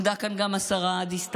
עמדה כאן גם השרה דיסטל.